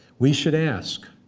we should ask,